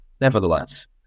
Nevertheless